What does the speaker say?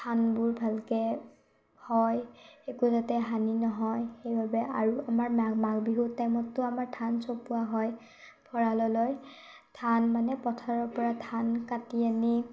ধানবোৰ ভালকৈ হয় একো যাতে হানি নহয় সেইবাবে আৰু আমাৰ মাঘ মাঘ বিহুৰ টাইমততো আমাৰ ধান চপোৱা হয় ভঁৰাললৈ ধান মানে পথাৰৰ পৰা ধান কাটি আনি